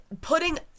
putting